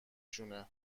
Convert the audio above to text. شونه